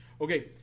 okay